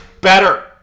better